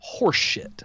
horseshit